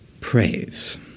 praise